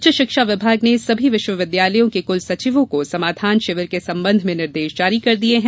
उच्च शिक्षा विभाग ने सभी विश्वविद्यालयों के कुल सचिवों को समाधान शिविर के संबंध में निर्देश जारी कर दिये हैं